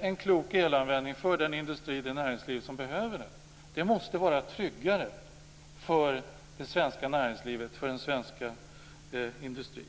en klok elanvändning för den industri och det näringsliv som behöver den. Det måste vara tryggare för det svenska näringslivet och för den svenska industrin.